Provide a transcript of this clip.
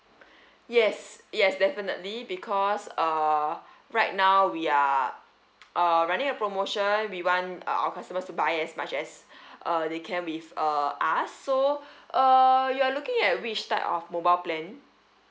yes yes definitely because uh right now we are uh running a promotion we want uh our customers to buy as much as uh they can with uh us so uh you're looking at which type of mobile plan